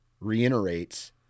reiterates